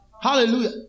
Hallelujah